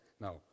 No